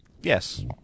Yes